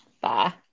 Bye